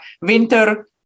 winter